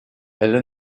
elle